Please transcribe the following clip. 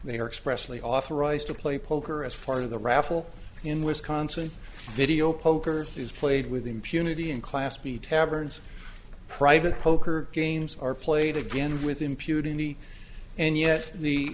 are expressly authorized to play poker as part of the raffle in wisconsin video poker is played with impunity in class b taverns private poker games are played again with impunity and yet the